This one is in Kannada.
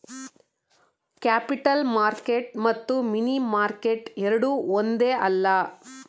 ಕ್ಯಾಪಿಟಲ್ ಮಾರ್ಕೆಟ್ ಮತ್ತು ಮನಿ ಮಾರ್ಕೆಟ್ ಎರಡೂ ಒಂದೇ ಅಲ್ಲ